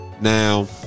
Now